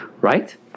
Right